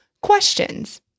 questions